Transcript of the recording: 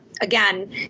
again